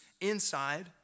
inside